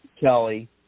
Kelly